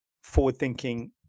forward-thinking